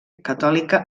catòlica